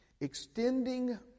Extending